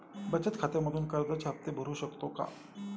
बचत खात्यामधून कर्जाचे हफ्ते भरू शकतो का?